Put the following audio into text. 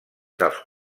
dels